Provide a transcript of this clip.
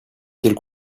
quelle